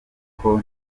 kuko